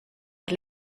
het